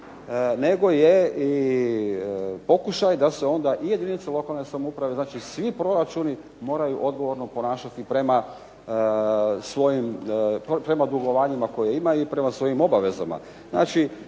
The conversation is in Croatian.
nego je i pokušaj da se onda i jedinice lokalne samouprave znači svi proračuni moraju odgovorno ponašati prema svojim dugovanjima koji imaju i prema svojim obavezama.